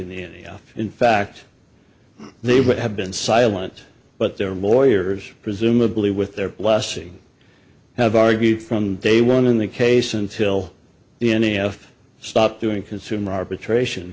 in the area in fact they would have been silent but their lawyers presumably with their lessee have argued from day one in the case until the n e f stopped doing consumer arbitration